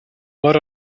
what